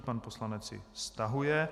Pan poslanec ji stahuje.